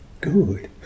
good